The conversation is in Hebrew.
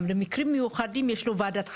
במקרים מיוחדים יש לו גם ועדת חריגים.